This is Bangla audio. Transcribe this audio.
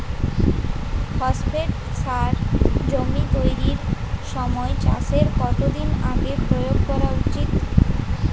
ফসফেট সার জমি তৈরির সময় চাষের কত দিন আগে প্রয়োগ করা উচিৎ?